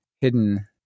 hidden